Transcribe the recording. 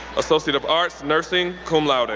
associate of arts, nursing, cum laude.